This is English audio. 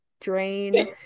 drain